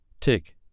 tick